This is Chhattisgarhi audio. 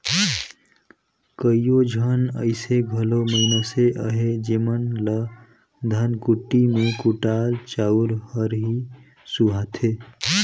कइयो झन अइसे घलो मइनसे अहें जेमन ल धनकुट्टी में कुटाल चाँउर हर ही सुहाथे